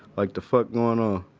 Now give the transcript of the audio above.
like, the fuck going on?